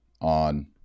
on